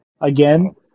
again